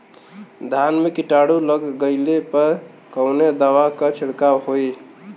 धान में कीटाणु लग गईले पर कवने दवा क छिड़काव होई?